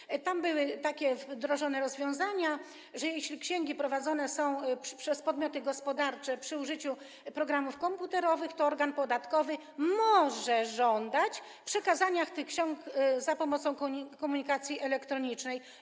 Mianowicie tam były wdrożone takie rozwiązania, że jeśli księgi prowadzone są przez podmioty gospodarcze przy użyciu programów komputerowych, to organ podatkowy może żądać przekazania tych ksiąg za pomocą komunikacji elektronicznej.